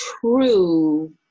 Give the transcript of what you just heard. true